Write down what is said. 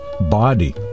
body